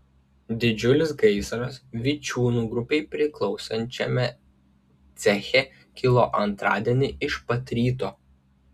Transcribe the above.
didžiulis gaisras vičiūnų grupei priklausančiame ceche kilo antradienį iš pat ryto